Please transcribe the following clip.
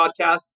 podcast